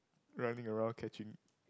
running around catching